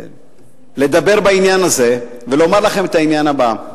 לדבר בעניין הזה ולומר לכם את העניין הבא: